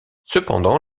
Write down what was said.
cependant